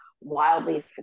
wildly